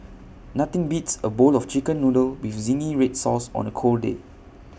nothing beats A bowl of Chicken Noodles with Zingy Red Sauce on A cold day